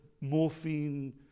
morphine